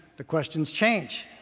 the questions change.